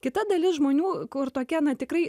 kita dalis žmonių kur tokie na tikrai